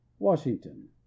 Washington